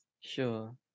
Sure